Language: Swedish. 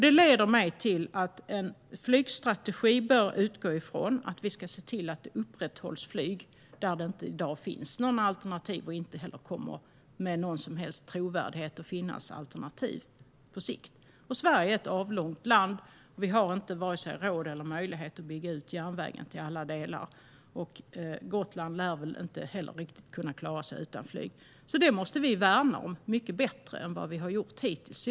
Detta leder mig till att en flygstrategi bör ha utgångspunkten att vi ska se till att det upprätthålls flyg där det i dag inte finns några alternativ och inte heller med någon som helst trovärdighet kommer att finnas alternativ på sikt. Sverige är ett avlångt land. Vi har varken råd eller möjlighet att bygga ut järnvägen till alla delar, och Gotland lär väl inte heller helt klara sig utan flyg. Detta måste vi alltså värna mycket bättre än vad vi har gjort hittills.